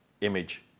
image